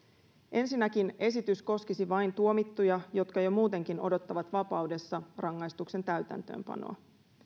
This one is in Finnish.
ensinnäkin esitys koskisi vain tuomittuja jotka jo muutenkin odottavat vapaudessa rangaistuksen täytäntöönpanoa